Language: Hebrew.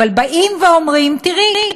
באים ואומרים: תראי,